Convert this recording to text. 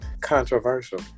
Controversial